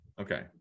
Okay